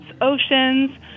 oceans